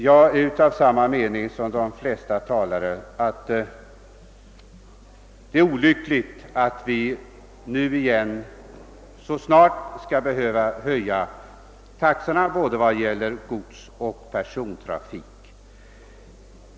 Jag är av samma mening som de flesta tidigare talare, nämligen att det är olyckligt att vi nu så snart igen skall behöva höja taxorna för godsoch persontrafik.